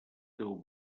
déu